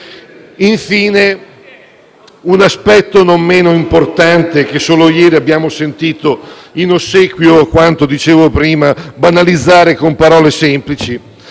Infine, un aspetto non meno importante che solo ieri abbiamo sentito, in ossequio a quanto dicevo prima, banalizzare con parole semplici.